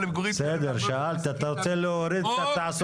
תוריד.